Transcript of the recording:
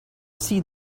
see